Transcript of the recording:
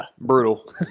Brutal